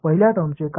पहिल्या टर्मचे काय